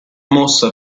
mossa